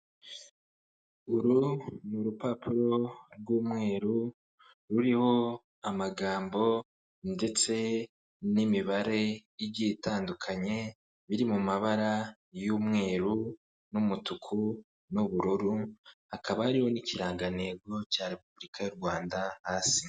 Uru ni urupapuro rw'umweru, ruriho amagambo ndetse n'imibare igiye itandukanye, biri mu mabara y'umweru n'umutuku n'ubururu, akaba hariho n'ikirangantego cya repubulika y'u Rwanda hasi.